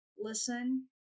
listen